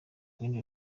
imuhe